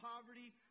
poverty